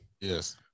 Yes